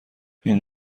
این